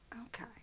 okay